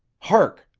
hark!